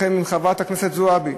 חברת הכנסת זועבי.